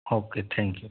okay thank you